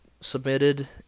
submitted